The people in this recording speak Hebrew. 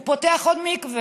הוא פותח עוד מקווה,